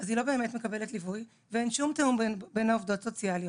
אז היא לא באמת מקבלת ליווי ואין שום תאום בין העובדות סוציאליות.